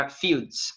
fields